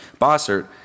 Bossert